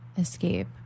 escape